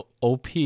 OP